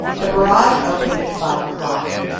the barrage opened at five o'clock.